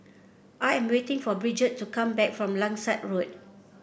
I am waiting for Bridgett to come back from Langsat Road